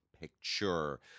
Picture